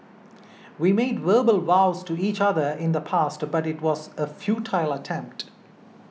we made verbal vows to each other in the past but it was a futile attempt